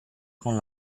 con